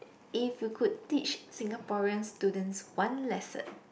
if you could teach Singaporean students one lesson